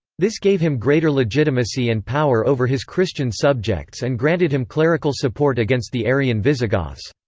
this gave him greater legitimacy and power over his christian subjects and granted him clerical support against the arian visigoths.